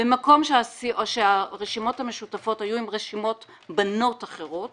במקום שהרשימות המשותפות היו עם רשימות בנות אחרות